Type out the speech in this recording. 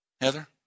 Heather